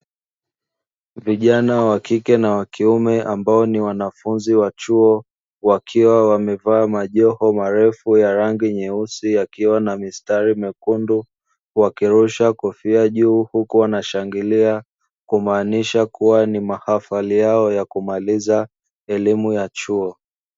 Vijana wa kike na wa kiume ambao ni wanafunzi wa chuo wakiwa wamevaa majoho marefu ya rangi nyeusi yakiwa na mistari mekundu. Wakirusha kofia juu huku wanashangilia kumaanisha kuwa ni mahafali yao ya kumaliza elimu ya chuo.